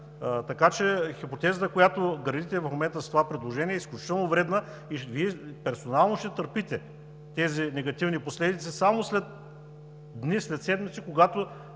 Така че, хипотезата, която градите в момента с това предложение, е изключително вредна и Вие персонално ще търпите тези негативни последици само след дни, след седмици, когато